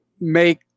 make